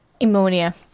ammonia